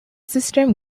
system